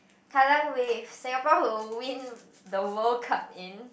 Kallang Wave Singapore will win the World Cup in